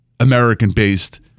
american-based